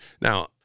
Now